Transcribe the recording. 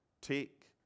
Take